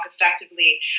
effectively